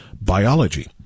biology